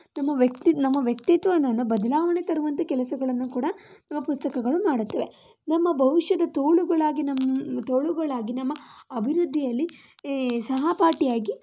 ನಮ್ಮ ವ್ಯಕ್ತಿ ವ್ಯಕ್ತಿತ್ವವನ್ನ ಬದಲಾವಣೆ ತರುವಂಥ ಕೆಲಸಗಳನ್ನು ಕೂಡ ಪುಸ್ತಕಗಳು ಮಾಡುತ್ತವೆ ನಮ್ಮ ಭವಿಷ್ಯದ ತೋಳುಗಳಾಗಿ ನಮ್ಮ ತೋಳುಗಳಾಗಿ ನಮ್ಮ ಅಭಿವೃದ್ಧಿಯಲ್ಲಿ ಸಹಪಾಠಿಯಾಗಿ